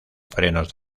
frenos